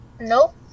nope